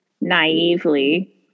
naively